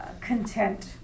content